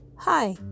Hi